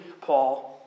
Paul